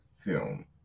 Film